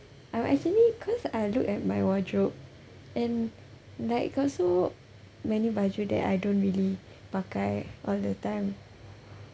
I'm actually cause I look at my wardrobe and like I got so many baju that I don't really pakai all the time